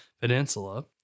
Peninsula